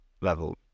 level